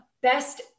Best